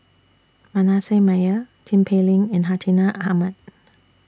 Manasseh Meyer Tin Pei Ling and Hartinah Ahmad